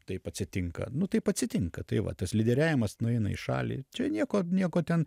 taip atsitinka nu taip atsitinka tai va tas lyderiavimas nueina į šalį čia nieko nieko ten